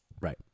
Right